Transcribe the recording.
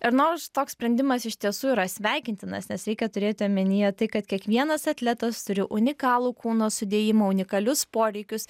ir nors toks sprendimas iš tiesų yra sveikintinas nes reikia turėti omenyje tai kad kiekvienas atletas turi unikalų kūno sudėjimą unikalius poreikius